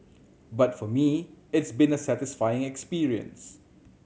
but for me it's been a satisfying experience